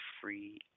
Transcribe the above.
free